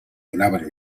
donaven